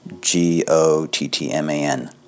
G-O-T-T-M-A-N